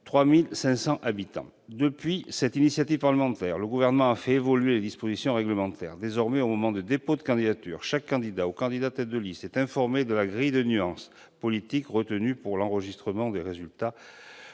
3 500 habitants. Depuis cette initiative parlementaire, le Gouvernement a fait évoluer les dispositions réglementaires. Désormais, au moment du dépôt de candidature, chaque candidat, ou candidat tête de liste, est informé de la grille des nuances politiques retenue pour l'enregistrement des résultats